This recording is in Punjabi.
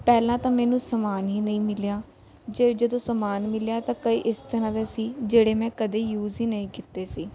ਪਹਿਲਾਂ ਤਾਂ ਮੈਨੂੰ ਸਮਾਨ ਹੀ ਨਹੀਂ ਮਿਲਿਆ ਜੇ ਜਦੋਂ ਸਮਾਨ ਮਿਲਿਆ ਤਾਂ ਕਈ ਇਸ ਤਰ੍ਹਾਂ ਦਾ ਸੀ ਜਿਹੜੇ ਮੈਂ ਕਦੀ ਯੂਸ ਹੀ ਨਹੀਂ ਕੀਤੇ ਸੀ